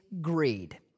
greed